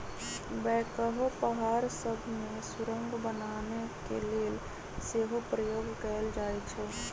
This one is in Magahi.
बैकहो पहाड़ सभ में सुरंग बनाने के लेल सेहो प्रयोग कएल जाइ छइ